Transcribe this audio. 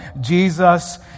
Jesus